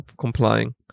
complying